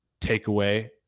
takeaway